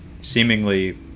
seemingly